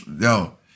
yo